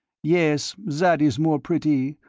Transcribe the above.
yes, that is more pretty,